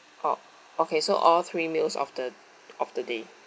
orh okay so all three meals of the of the day